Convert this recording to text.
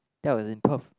that was in Perth